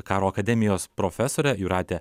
karo akademijos profesore jūrate